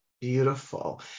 Beautiful